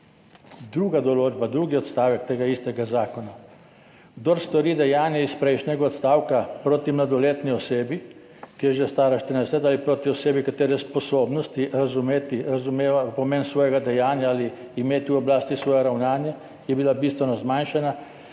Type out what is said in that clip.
Druga določba, drugi odstavek tega istega zakona: »Kdor stori dejanje iz prejšnjega odstavka proti mladoletni osebi, ki je že stara štirinajst let, ali proti osebi, katere sposobnosti razumeti pomen svojega dejanja ali imeti v oblasti svoje ravnanje je bila bistveno zmanjšana,